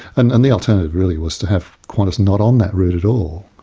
and and the alternative, really, was to have qantas not on that route at all,